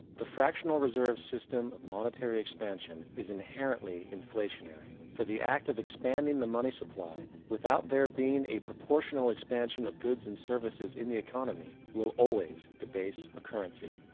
the fractional reserve system of monetary expansion is inherently inflationary. for the act of expanding the money supply, without there being a proportional expansion of goods and services in the economy, will always debase a currency.